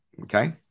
Okay